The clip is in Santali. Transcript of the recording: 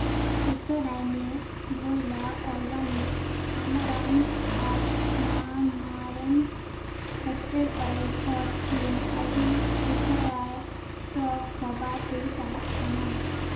ᱩᱥᱟᱹᱨᱟᱭ ᱢᱮ ᱵᱷᱳᱭᱞᱟ ᱚᱨᱜᱟᱱᱤᱠ ᱟᱢᱨᱟᱱᱛᱷ ᱟᱨ ᱢᱟᱢᱟᱨᱮᱱᱛᱷ ᱠᱟᱥᱴᱟᱨ ᱚᱭᱮᱞ ᱯᱷᱚᱨ ᱤᱥᱠᱤᱱ ᱟᱹᱰᱤ ᱩᱥᱟᱹᱨᱟ ᱚᱥᱴᱚᱠ ᱪᱟᱵᱟᱜ ᱛᱮ ᱪᱟᱞᱟᱜ ᱠᱟᱱᱟ